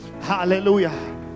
Hallelujah